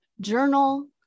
journal